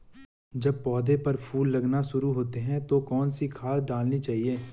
जब पौधें पर फूल लगने शुरू होते हैं तो कौन सी खाद डालनी चाहिए?